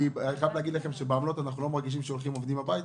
כי אני חייב להגיד שבעמלות אנחנו לא מרגישים שעובדים הולכים הביתה,